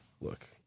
look